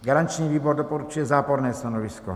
Garanční výbor doporučuje záporné stanovisko.